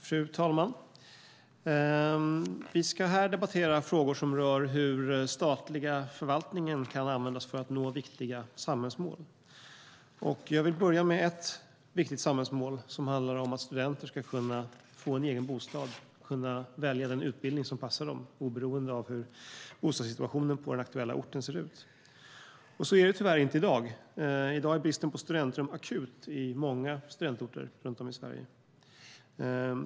Fru talman! Vi ska här debattera frågor som rör hur den statliga förvaltningen kan användas för att nå viktiga samhällsmål. Jag vill börja med ett viktigt samhällsmål som handlar om att studenter ska kunna få en egen bostad och välja den utbildning som passar dem oberoende av hur bostadssituationen på den aktuella orten ser ut. Så är det tyvärr inte i dag. I dag är bristen på studentrum akut på många studentorter runt om i Sverige.